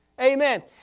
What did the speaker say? Amen